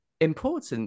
important